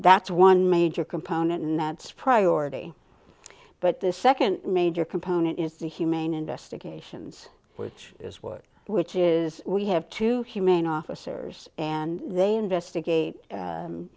that's one major component and that's priority but the second major component is the humane investigations which is what which is we have to humane officers and they investigate